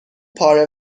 پاره